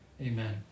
Amen